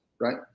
right